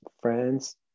friends